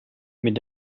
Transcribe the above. mit